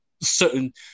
certain